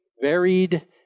varied